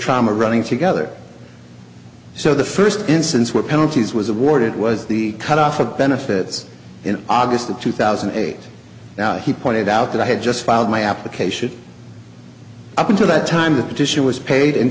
trauma running together so the first instance where penalties was awarded was the cut off of benefits in august of two thousand and eight now he pointed out that i had just filed my application up into that time the petition was paid and